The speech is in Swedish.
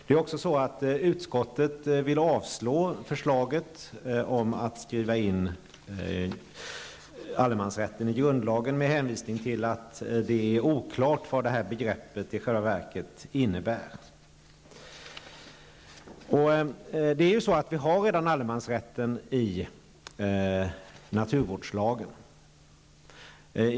Utskottet vill att riksdagen skall avslå förslaget om att skriva in allemansrätten i grundlagen, med hänvisning till att det är oklart vad begreppet i själva verket innebär. Men vi har redan allemansrätten inskriven i naturvårdslagen.